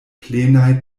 plenaj